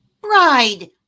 bride